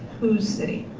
who's city?